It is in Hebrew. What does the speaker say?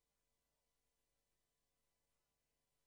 הממשלה